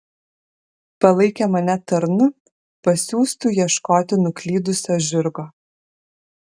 palaikė mane tarnu pasiųstu ieškoti nuklydusio žirgo